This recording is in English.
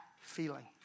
feeling